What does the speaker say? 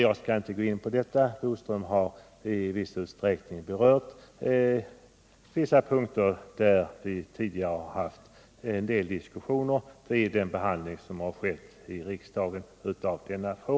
Jag skall inte gå in på detta; Curt Boström har i viss utsträckning berört en del punkter där vi tidigare har fört diskussioner vid den behandling av denna fråga som har förekommit i riksdagen.